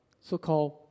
so-called